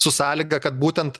su sąlyga kad būtent